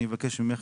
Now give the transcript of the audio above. אני אבקש ממך,